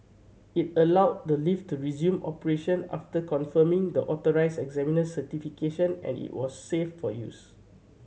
it allowed the lift to resume operation after confirming the authorised examiner's certification and it was safe for use